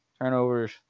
turnovers